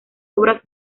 obras